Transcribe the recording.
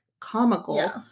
comical